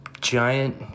giant